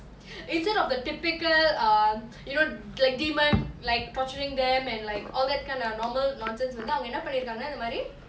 instead of the typical err you know like demon like torturing them and like all that kind of normal nonsense வந்து அவங்க என்னா பன்னிருகாங்கனா இந்தமாரி:vanthu avanga ennaa pannirukangana inthamari